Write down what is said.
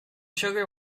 sugar